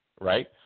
right